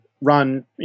run